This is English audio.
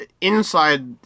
inside